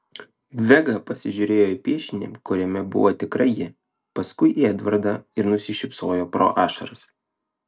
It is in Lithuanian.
vega pasižiūrėjo į piešinį kuriame buvo tikrai ji paskui į edvardą ir nusišypsojo pro ašaras